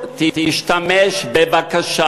תשתמש בבקשה